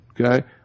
okay